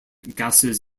gases